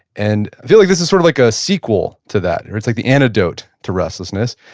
and feel like this is sort of like a sequel to that. it's like the antidote to restlessness.